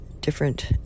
different